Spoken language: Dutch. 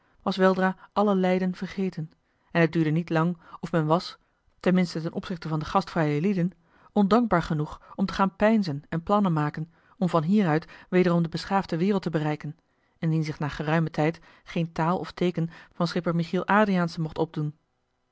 was weldra alle lijden vergeten en het duurde niet lang of men was ten minste ten opzichte van de gastvrije lieden ondankbaar genoeg om te gaan peinzen en plannen maken om van hieruit wederom de beschaafde wereld te bereiken indien zich na geruimen tijd geen taal of teeken van schipper michiel adriaensen mocht opdoen